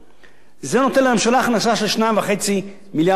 זה נותן לממשלה הכנסה של 2.5 מיליארד שקל בשנה.